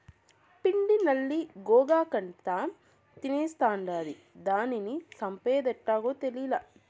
పిండి నల్లి గోగాకంతా తినేస్తాండాది, దానిని సంపేదెట్టాగో తేలీలా